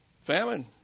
Famine